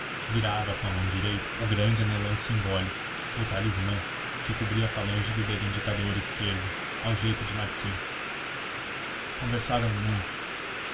virava com a mão direita o grande anelão simbólico o talismã que cobria a falange do dedo indicador esquerdo ao jeito de marquise conversaram muito